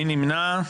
מי נמנע?